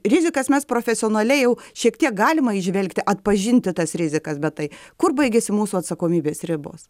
rizikas mes profesionaliai jau šiek tiek galima įžvelgti atpažinti tas rizikas bet tai kur baigiasi mūsų atsakomybės ribos